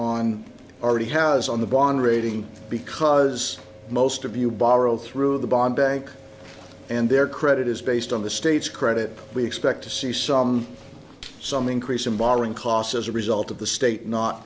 on already has on the bond rating because most of you borrow through the bond bank and their credit is based on the states credit we expect to see some some increase in borrowing costs as a result of the state not